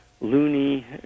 loony